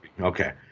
okay